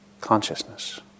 consciousness